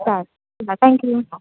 चालेल थँक्यू